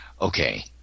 Okay